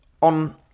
on